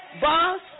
boss